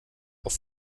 auf